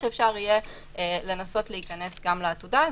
שאפשר יהיה לנסות להיכנס גם לעתודה.